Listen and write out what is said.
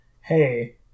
Hey